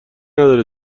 نداره